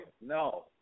No